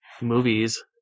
movies